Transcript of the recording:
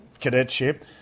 cadetship